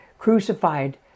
crucified